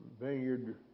vineyard